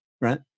right